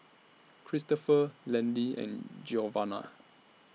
Cristopher Landyn and Giovanna